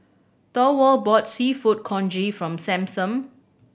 Thorwald bought Seafood Congee from Sampson